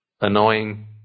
annoying